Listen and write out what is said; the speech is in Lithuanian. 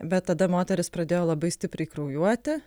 bet tada moteris pradėjo labai stipriai kraujuoti